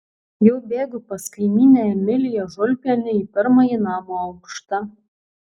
jau bėgu pas kaimynę emiliją žulpienę į pirmąjį namo aukštą